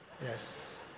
Yes